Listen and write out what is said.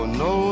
no